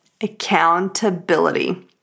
accountability